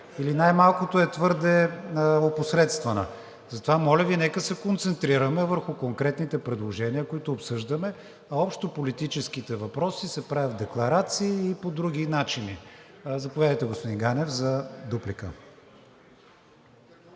или най-малкото е твърде опосредствана. Затова, моля Ви, нека да се концентрираме върху конкретните предложения, които обсъждаме, а общополитическите въпроси се правят в декларации и по други начини. Заповядайте, господин Ганев, за дуплика.